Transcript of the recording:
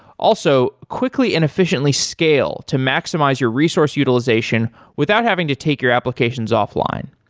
also, quickly and efficiently scale to maximize your resource utilization without having to take your applications offline.